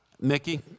Mickey